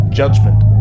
...judgment